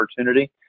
opportunity